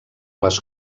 les